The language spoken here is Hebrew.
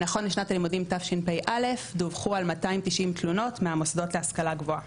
נכון לשנת הלימודים תשפ"א דווחו 290 תלונות מהמוסדות להשכלה גבוהה.